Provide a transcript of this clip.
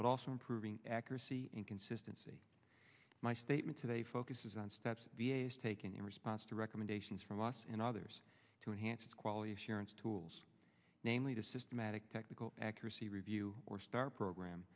but also improving accuracy and consistency my statement today focuses on steps taken in response to recommendations from us and others to enhance quality assurance tools namely to systematic technical accuracy review or star program